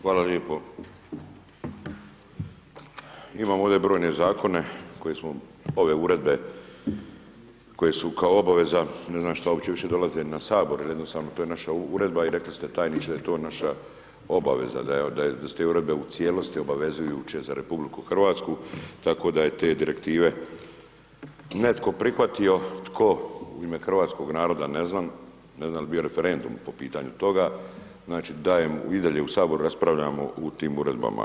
Hvala lijepo, imam ovde brojne zakone koje smo ove uredbe koje su kao obaveza, ne znam što opće više dolaze na sabor jer jednostavno to je naša uredba i rekli ste tajniče da je to naša obaveza, da se te uredbe u cijelosti obavezujuće za RH tako da je te direktive netko prihvatio tko u ime hrvatskoga naroda ne znam, ne znam jel bio referendum po pitanju toga, znači da je i dalje u saboru raspravljamo u tim uredbama.